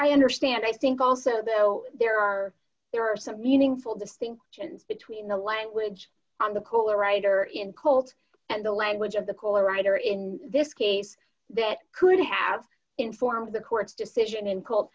i understand i think also though there are there are some meaningful distinctions between the language on the cooler writer in colt and the language of the caller writer in this case that could have informed the court's decision in cold